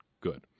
good